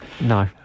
No